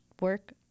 work